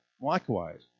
likewise